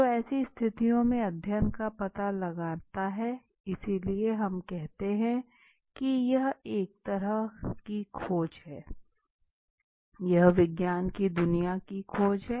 तो ऐसी स्थितियों में अध्ययन का पता लगता है इसलिए हम कहते हैं कि यह एक तरह की खोज है यह विज्ञान की दुनिया की खोज हैं